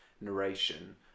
narration